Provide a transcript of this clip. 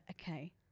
okay